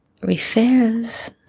refers